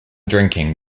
drinking